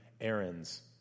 errands